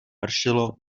pršelo